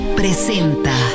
presenta